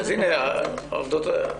אז הנה, העובדות,